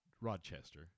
Rochester